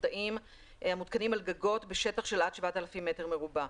פוטו-וולטאים המותקנים על גגות בשטח של עד 7,000 מ"ר.